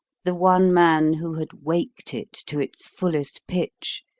the one man who had waked it to its fullest pitch,